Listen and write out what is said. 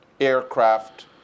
aircraft